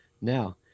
Now